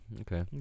Okay